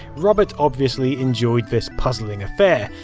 robert obviously enjoyed this puzzling affair,